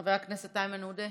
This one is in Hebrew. חבר הכנסת איימן עודה.